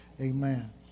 Amen